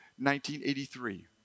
1983